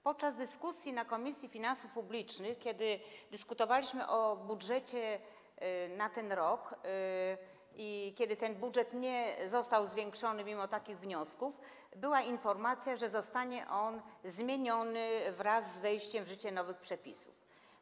Podczas dyskusji w Komisji Finansów Publicznych, kiedy debatowaliśmy o budżecie na ten rok i kiedy ten budżet nie został zwiększony mimo wniosków w tej sprawie, była informacja, że zostanie on zmieniony wraz z wejściem w życie nowych przepisów.